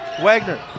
Wagner